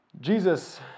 Jesus